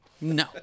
No